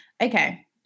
Okay